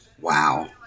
Wow